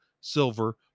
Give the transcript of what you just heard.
silver